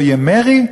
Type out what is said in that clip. לא יהיה מרי?